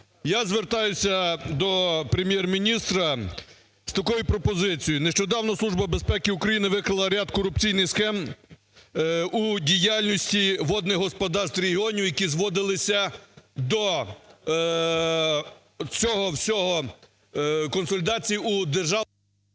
Я звертаюся до Прем'єр-міністра з такою пропозицією. Нещодавно Служба безпеки України викрила ряд корупційних схем і діяльності водних господарств регіонів, які зводилися до цього всього, консультацій у…